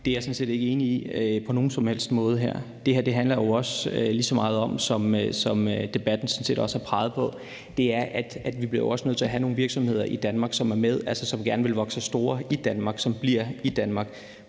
Det er jeg sådan set ikke på nogen som helst måde enig i. Det her handler lige så meget om, og det har debatten også peget på, at vi jo bliver nødt til at have nogle virksomheder i Danmark, som gerne vil vokse sig store i Danmark, og som bliver i Danmark.